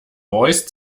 voice